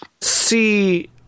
see